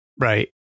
Right